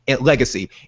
legacy